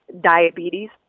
diabetes